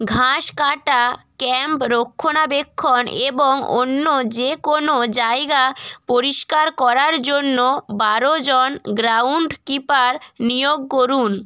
ঘাস কাটা ক্যাম্প রক্ষণা বেক্ষণ এবং অন্য যে কোনো জায়গা পরিষ্কার করার জন্য বারোজন গ্রাউন্ড কিপার নিয়োগ করুন